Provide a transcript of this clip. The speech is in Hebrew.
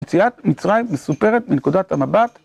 יציאת מצרים מסופרת מנקודת המבט.